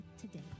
today